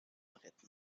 retten